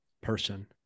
person